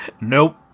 Nope